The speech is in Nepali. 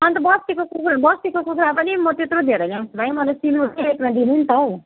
अन्त बस्तीको कुखराहरू बस्तीको कुखरा पनि म त त्यत्रो धेरै ल्याउँछु भाइ म त सिलगढीकै रेटमा दिनु न त हौ